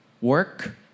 work